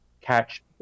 catch